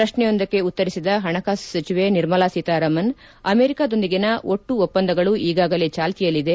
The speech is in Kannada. ಪ್ರಶ್ನೆಯೊಂದಕ್ಕೆ ಉತ್ತರಿಸಿದ ಪಣಕಾಸು ಸಚಿವೆ ನಿರ್ಮಲಾ ಸೀತಾರಾಮನ್ ಅಮೆರಿಕಾದೊಂದಿಗಿನ ಒಟ್ಟು ಒಪ್ಪಂದಗಳು ಈಗಾಗಲೇ ಚಾಲ್ತಿಯಲ್ಲಿದೆ